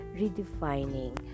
redefining